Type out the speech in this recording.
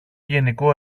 γενικό